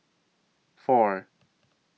four